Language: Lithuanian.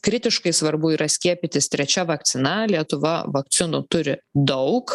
kritiškai svarbu yra skiepytis trečia vakcina lietuva vakcinų turi daug